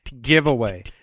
giveaway